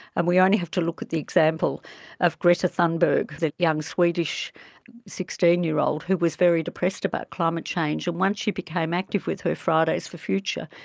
and we only have to look at the example of greta thunberg, that young swedish sixteen year old who was very depressed about climate change, and once she became active with her fridays for future,